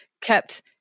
kept